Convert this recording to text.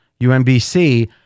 UMBC